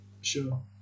Sure